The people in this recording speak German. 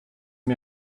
mir